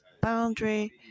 boundary